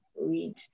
read